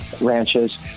ranches